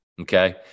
Okay